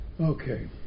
Okay